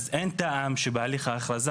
אז אין טעם שבהליך ההכרזה,